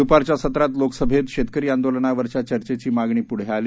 दुपारच्या सत्रात लोकसभेत शेतकरी आंदोलनावरच्या चर्चेची मागणी पुढे आली